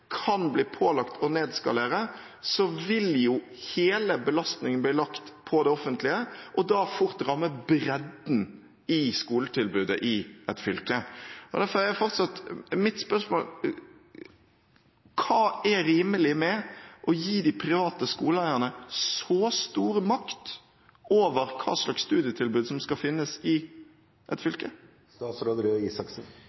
kan bli pålagt å nedskalere, vil hele belastningen bli lagt på det offentlige og da fort ramme bredden i skoletilbudet i et fylke. Derfor er fortsatt mitt spørsmål: Hva er rimelig i å gi de private skoleeierne så stor makt over hva slags studietilbud som skal finnes i et